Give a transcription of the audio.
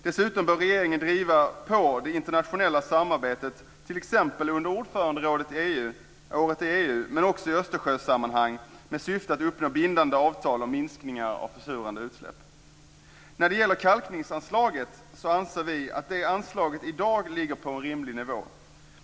Dessutom bör regeringen driva på det internationella samarbetet, t.ex. under ordförandeåret i EU men också i Östersjösammanhang, med syfte att uppnå bindande avtal om minskningar av försurande utsläpp. Vi anser att kalkningsanslaget i dag ligger på en rimlig nivå.